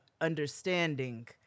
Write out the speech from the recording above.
understanding